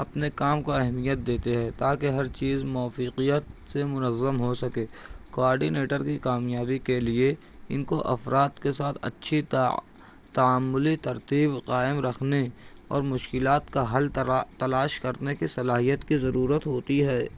اپنے کام کو اہمیت دیتے ہیں تاکہ ہر چیز موفیقیت سے منظم ہو سکےکوآرڈینیٹر کی کامیابی کے لیے ان کو افراد کے ساتھ اچھی تعاملی ترتیب قائم رکھنے اور مشکلات کا حل تلاش کرنے کے صلاحیت کی ضرورت ہوتی ہے